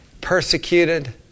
persecuted